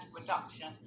reduction